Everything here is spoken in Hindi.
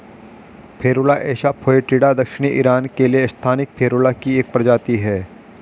फेरुला एसा फोएटिडा दक्षिणी ईरान के लिए स्थानिक फेरुला की एक प्रजाति है